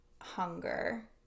hunger